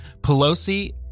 Pelosi